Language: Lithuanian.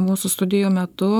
mūsų studijų metu